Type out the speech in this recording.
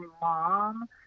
mom